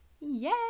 Yay